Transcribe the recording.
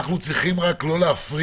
אנחנו צריכים רק לא להפריע,